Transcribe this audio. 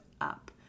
up